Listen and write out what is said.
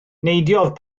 neidiodd